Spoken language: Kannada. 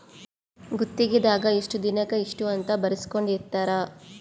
ಗುತ್ತಿಗೆ ದಾಗ ಇಷ್ಟ ದಿನಕ ಇಷ್ಟ ಅಂತ ಬರ್ಸ್ಕೊಂದಿರ್ತರ